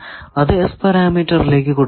അത് S പരാമീറ്ററിലേക്കു കൊടുക്കുക